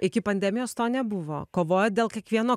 iki pandemijos to nebuvo kovojot dėl kiekvieno